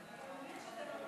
סעיפים 1 5